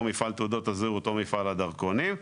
או מפעל תעודות הזהות או מפעל הדרכונים,